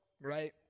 right